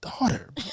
daughter